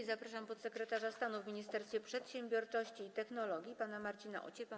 I zapraszam podsekretarza stanu w Ministerstwie Przedsiębiorczości i Technologii pana Marcina Ociepę.